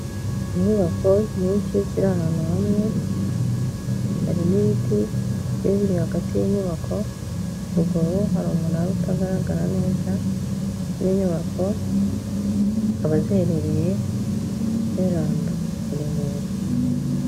Inyubako nyinshi ziri ahantu hamwe. Hari n'ibiti bigiye biri hagati y'inyubako. Ruguru hari umunara utagaragara neza n'inyubako zikaba ziherereye chez Rando i Remera.